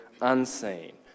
unseen